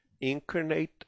incarnate